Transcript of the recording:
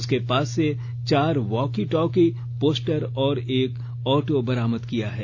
उसके पास से चार वाकी टॉकी पोस्टर और एक ऑटो बरामद किया है